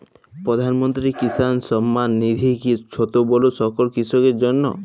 প্রধানমন্ত্রী কিষান সম্মান নিধি কি ছোটো বড়ো সকল কৃষকের জন্য?